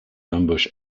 ambush